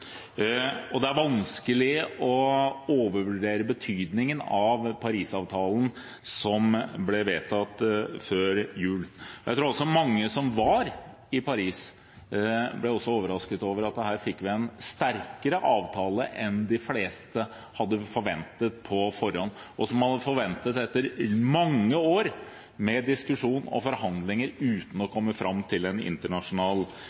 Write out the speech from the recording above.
Det er vanskelig å overvurdere betydningen av Paris-avtalen som ble undertegnet før jul. Jeg tror også at mange av dem som var i Paris, ble overrasket over at vi fikk en sterkere avtale enn de fleste hadde forventet på forhånd, og som var sterkere enn man hadde forventet etter mange år med diskusjon og forhandlinger uten å komme fram til en internasjonal